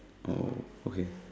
oh okay